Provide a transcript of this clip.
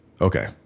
Okay